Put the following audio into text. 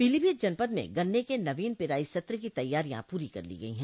पीलीभीत जनपद में गन्ने के नवीन पेराई सत्र की तैयारियां पूरी कर ली गई है